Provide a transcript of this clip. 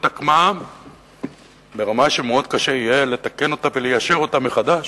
התעקמה ברמה שמאוד קשה יהיה לתקן אותה וליישר אותה מחדש.